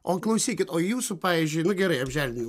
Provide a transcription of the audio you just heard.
o klausykit o jūsų pavyzdžiui nu gerai apželdinat